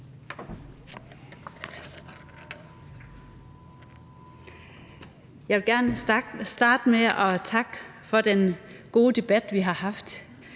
Jeg vil gerne starte med at takke for den gode debat, vi har haft.